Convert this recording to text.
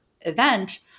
event